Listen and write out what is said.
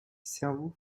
cerveaux